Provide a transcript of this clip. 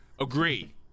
Agree